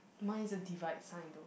mine is a divide sign though